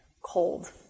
cold